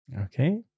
Okay